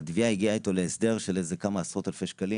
התביעה הגיעה איתו להסדר של איזה כמה עשרות אלפי שקלים.